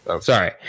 sorry